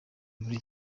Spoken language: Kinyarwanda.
muri